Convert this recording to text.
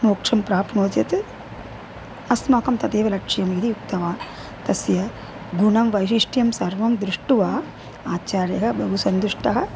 मोक्षं प्राप्नोति चेत् अस्माकं तदेव लक्ष्यम् इति उक्तवान् तस्य गुणं वैशिष्ट्यं सर्वं दृष्ट्वा आचार्यः बहु सन्तुष्टः